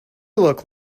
look